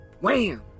Wham